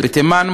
בתימן,